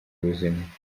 ubuzima